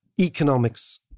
economics